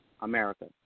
America